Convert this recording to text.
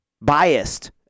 biased